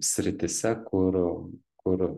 srityse kur kur